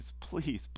please